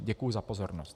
Děkuji za pozornost.